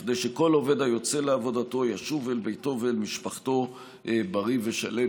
כדי שכל עובד היוצא לעבודתו ישוב אל ביתו ואל משפחתו בריא ושלם,